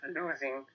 losing